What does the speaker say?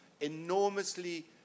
enormously